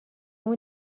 مون